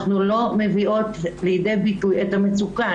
אנחנו לא מביאות לידי ביטוי את המצוקה,